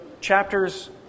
chapters